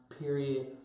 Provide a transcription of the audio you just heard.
period